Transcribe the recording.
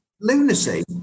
lunacy